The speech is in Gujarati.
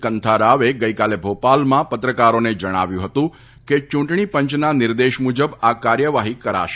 કાંથારાવે ગઇકાલે ભોપાલમાં પત્રકારોને જણાવ્યું હતું કે ચૂંટણી પંચના નિર્દેશ મુજબ આ કાર્યવાહી કરવામાં આવશે